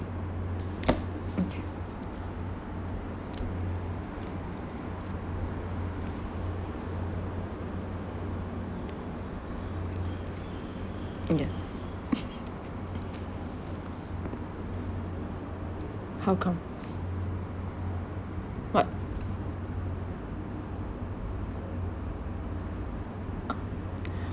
okay yeah how come what